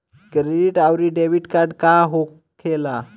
Credit आउरी debit card का होखेला?